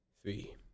Three